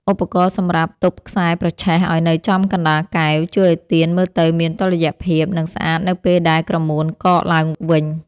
ឧបករណ៍សម្រាប់ទប់ខ្សែប្រឆេះឱ្យនៅចំកណ្ដាលកែវ ជួយឱ្យទៀនមើលទៅមានតុល្យភាព និងស្អាតនៅពេលដែលក្រមួនកកឡើងវិញ។